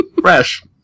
Fresh